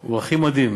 הוא הכי מדהים: